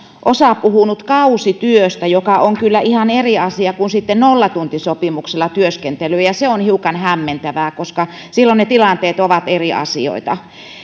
osa puhunut kausityöstä joka on kyllä ihan eri asia kuin nollatuntisopimuksella työskentely ja se on hiukan hämmentävää koska silloin ne tilanteet ovat eri asioita